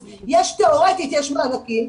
אז תיאורטית יש מענקים,